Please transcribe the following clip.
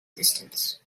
distance